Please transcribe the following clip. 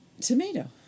Tomato